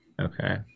Okay